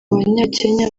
abanyakenya